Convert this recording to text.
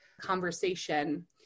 Conversation